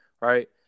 right